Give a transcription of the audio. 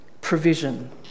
provision